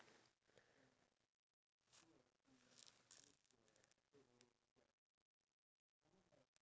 do you think if we were to educate the elderly because we already educate the younger generation that like